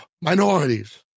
minorities